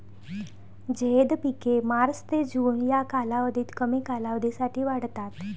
झैद पिके मार्च ते जून या कालावधीत कमी कालावधीसाठी वाढतात